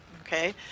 okay